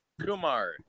Kumar